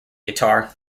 guitar